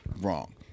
wrong